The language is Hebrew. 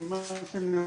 ברור.